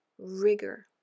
rigor